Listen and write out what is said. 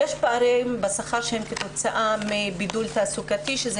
יש פערים בשכר שהם כתוצאה מבידול תעסוקתי שזה